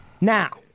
now